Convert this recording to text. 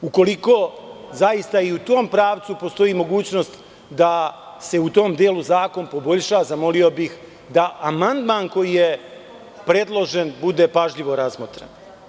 Ukoliko zaista i u tom pravcu postoji mogućnost da se u tom delu zakon poboljša, zamolio bih da amandman koji je predložen bude pažljivo razmotren.